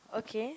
okay